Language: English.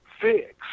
fix